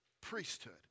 priesthood